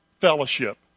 fellowship